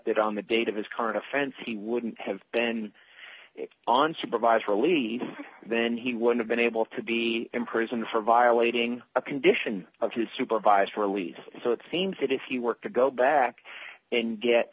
that on the date of his current offense he wouldn't have been on supervisor lead then he would have been able to be imprisoned for violating a condition of his supervised release so it seems that if you work to go back and get